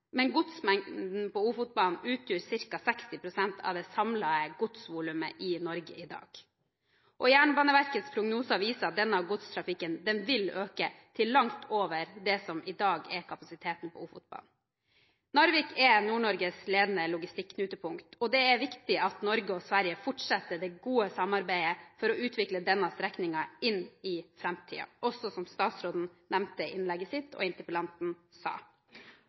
Men godsmengden på Ofotbanen utgjør ca. 60 pst. av det samlede godsvolumet i Norge i dag. Jernbaneverkets prognoser viser at denne godstrafikken vil øke til langt over det som i dag er kapasiteten på Ofotbanen. Narvik er Nord-Norges ledende logistikk-knutepunkt. Det er viktig at Norge og Sverige fortsetter det gode samarbeidet for å utvikle denne strekningen inn i framtida, slik statsråden også nevnte i innlegget sitt og interpellanten sa.